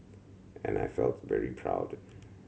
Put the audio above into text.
and I felt very proud